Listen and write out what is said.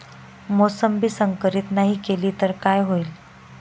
मोसंबी संकरित नाही केली तर काय होईल?